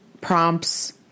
prompts